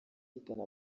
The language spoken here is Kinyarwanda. ihitana